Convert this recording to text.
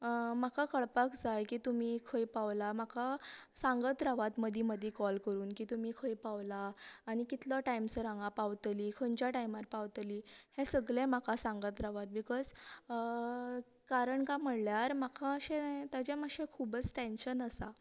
म्हाका कळपाक जाय की तुमी खंय पावला म्हाका सांगत रावात मदी मदी कॉल करून खंय पावला आनी कितलो टायम सर हांगा पावतली खंयच्या टायमार पावतली हे सगले म्हाका सांगत रावात बिकॉज कारण काय म्हणल्यार म्हाका ताजे मात्शे खूबच टेंशन आसा